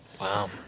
Wow